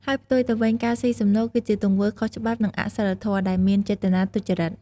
ហើយផ្ទុយទៅវិញ ការស៊ីសំណូក គឺជាទង្វើខុសច្បាប់ និងអសីលធម៌ ដែលមានចេតនាទុច្ចរិត។